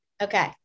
okay